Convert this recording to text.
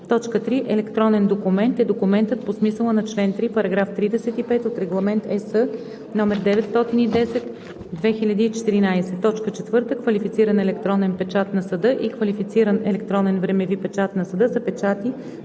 поща. 3. „Електронен документ“ е документът по смисъла на чл. 3, параграф 35 от Регламент (ЕС) № 910/2014. 4. „Квалифициран електронен печат на съда“ и „квалифициран електронен времеви печат на съда“ са печати,